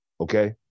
Okay